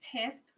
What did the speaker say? test